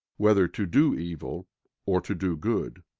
whether to do evil or to do good